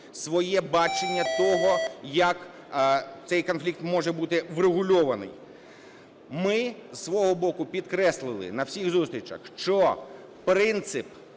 своє бачення того, як цей конфлікт може бути врегульований. Ми зі свого боку підкреслили, на всіх зустрічах, що принцип